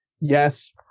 Yes